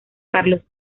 carlos